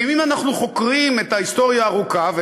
ואם אנחנו חוקרים את ההיסטוריה הארוכה,